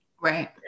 Right